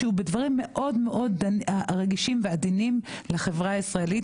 שהוא בדברים מאוד מאוד רגישים ועדינים לחברה הישראלית,